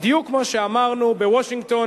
בדיוק כמו שאמרנו, בוושינגטון